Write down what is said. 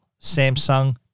Samsung